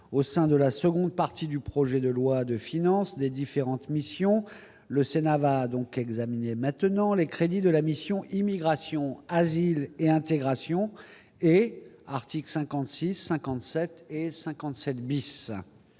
au sein de la seconde partie du projet de loi de finances des différentes missions: le Sénat va donc examiner maintenant les crédits de la mission Immigration, asile et intégration et article 56 57 57 bis,